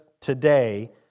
today